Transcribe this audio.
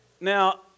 Now